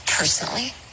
Personally